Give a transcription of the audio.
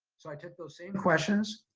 so i took those same questions,